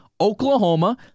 Oklahoma